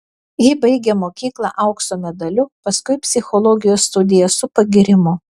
ji baigė mokyklą aukso medaliu paskui psichologijos studijas su pagyrimu